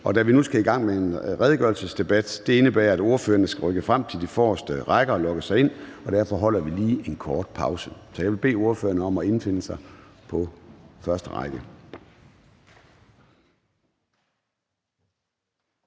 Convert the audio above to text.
Da vi nu skal i gang med en redegørelsesdebat, indebærer det, at ordførerne skal rykke frem til de forreste rækker og logge sig ind. Derfor holder vi lige en kort pause. Så jeg vil bede ordførerne om at indfinde sig på første række.